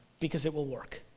because it will work,